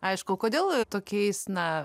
aišku kodėl tokiais na